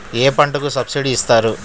ఏ పంటకు సబ్సిడీ ఇస్తారు?